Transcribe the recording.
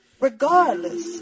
regardless